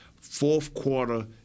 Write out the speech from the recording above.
fourth-quarter